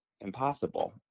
impossible